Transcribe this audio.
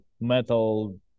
metal